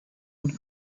und